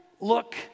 look